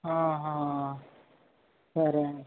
ఆహా సరే అండి